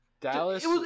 Dallas